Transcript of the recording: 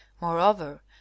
moreover